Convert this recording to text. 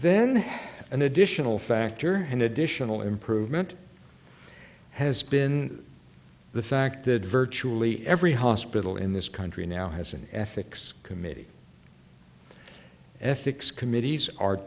then an additional factor an additional improvement has been the fact that virtually every hospital in this country now has an ethics committee ethics committees are